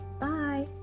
Bye